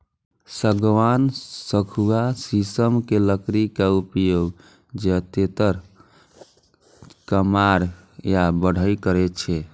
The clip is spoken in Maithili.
सागवान, सखुआ, शीशम के लकड़ी के उपयोग जादेतर कमार या बढ़इ करै छै